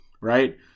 right